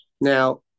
Now